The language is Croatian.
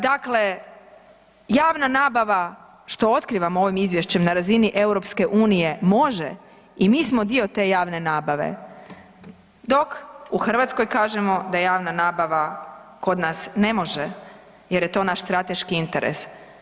Dakle, javna nabava što otkrivamo ovim izvješćem na razini EU može i mi smo dio te javne nabave, dok u Hrvatskoj kažemo da javna nabava kod nas ne može jer je to naš strateški interes.